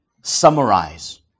summarize